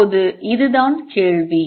இப்போது இதுதான் கேள்வி